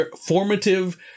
formative